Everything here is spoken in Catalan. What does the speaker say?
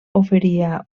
oferia